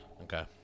okay